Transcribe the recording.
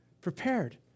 Prepared